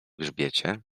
grzbiecie